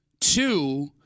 Two